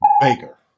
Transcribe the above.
Baker